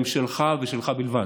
הם שלך ושלך בלבד.